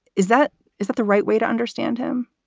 is that is that the right way to understand him?